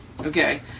Okay